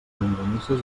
llonganisses